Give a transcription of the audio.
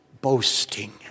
boasting